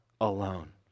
alone